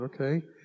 Okay